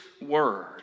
word